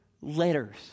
letters